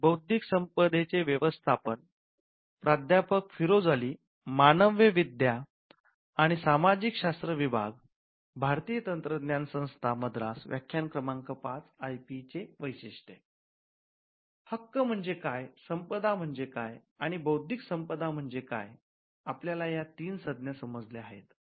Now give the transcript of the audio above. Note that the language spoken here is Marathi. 'हक्क म्हणजे काय' 'संपदा म्हणजे काय'आणि 'बौद्धिक संपदा' म्हणजे काय आपल्याला या तीन संज्ञा समजल्या आहेत